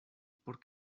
por